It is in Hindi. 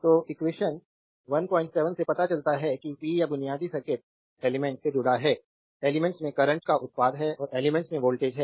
तो एक्वेशन 17 से पता चलता है कि पी या बुनियादी सर्किट एलिमेंट्स से जुड़ा है एलिमेंट्स में करंट का उत्पाद है और एलिमेंट्स में वोल्टेज है